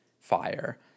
fire